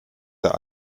der